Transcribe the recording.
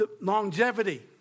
longevity